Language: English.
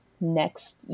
next